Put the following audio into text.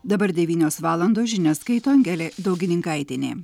dabar devynios valandos žinias skaito angelė daugininkaitienė